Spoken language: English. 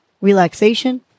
relaxation